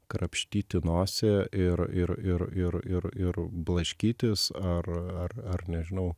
krapštyti nosį ir ir ir ir ir ir blaškytis ar ar ar nežinau